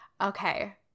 Okay